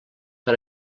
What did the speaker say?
per